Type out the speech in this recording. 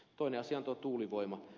toinen asia on tuo tuulivoima